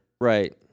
Right